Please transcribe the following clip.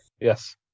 Yes